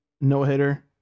no-hitter